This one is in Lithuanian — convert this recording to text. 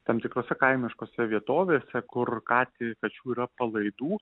tam tikrose kaimiškose vietovėse kur katei kačių yra palaidų